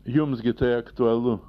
jums gi tai aktualu